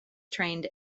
trained